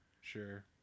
Sure